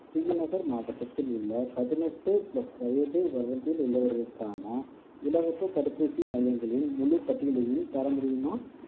ஸ்ரீநகர் மாவட்டத்தில் உள்ள பதினெட்டு பிளஸ் வயது வரம்பில் உள்ளவர்களுக்கான இலவசத் தடுப்பூசி மையங்களின் முழுப் பட்டியலையும் தர முடியுமா